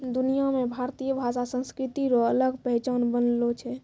दुनिया मे भारतीय भाषा संस्कृति रो अलग पहचान बनलो छै